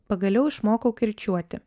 pagaliau išmokau kirčiuoti